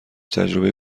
تجربه